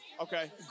Okay